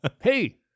hey